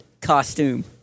costume